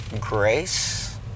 grace